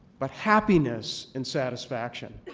but happiness and satisfaction.